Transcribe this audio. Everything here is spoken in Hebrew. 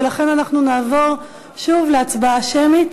ולכן אנחנו נעבור שוב להצבעה שמית.